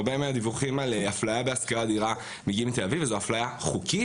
הרבה מהדיווחים על אפליה בהשכרת דירה מגיעים מתל אביב וזו אפליה חוקית.